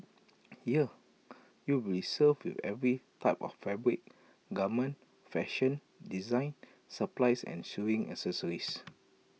here you will be served with every type of fabric garment fashion design supplies and sewing accessories